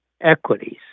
equities